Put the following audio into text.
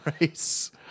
race